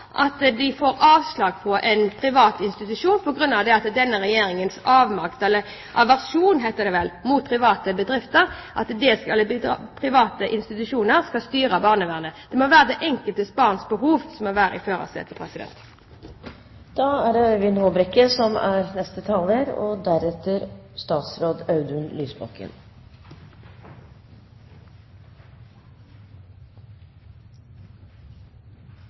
at de får avslag på en privat institusjon på grunn av denne regjeringens aversjon mot at private institusjoner skal styre barnevernet. Det er det enkelte barns behov som må være i